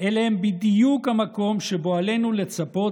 אלה הם בדיוק המקום שבו עלינו לצפות